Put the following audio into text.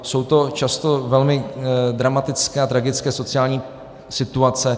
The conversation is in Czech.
Jsou to často velmi dramatické a tragické sociální situace.